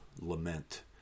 lament